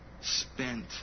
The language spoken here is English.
spent